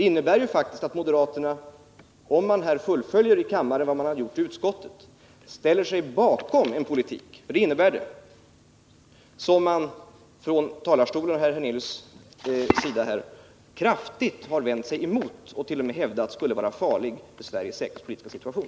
Om moderaterna i kammaren fullföljer vad de har gjort i utskottet, ställer de sig bakom en politik — för det innebär det — som Allan Hernelius i talarstolen kraftigt har vänt sig emot och t.o.m. har hävdat skulle vara farlig med tanke på Sveriges säkerhetspolitiska situation.